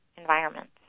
environments